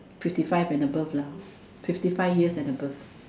fifty five and above lah fifty five years and above